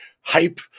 hype